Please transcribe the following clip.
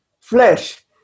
flesh